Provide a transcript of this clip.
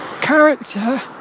character